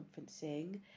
conferencing